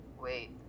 wait